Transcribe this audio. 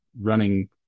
running